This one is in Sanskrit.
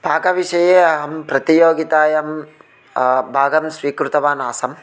पाकविषये अहं प्रतियोगितायां भागं स्वीकृतवान् आसं